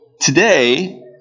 today